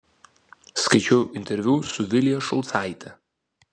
skaičiau interviu su vilija šulcaite